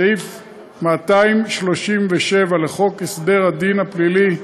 סעיף 237 לחוק סדר-הדין הפלילי,